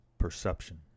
Perception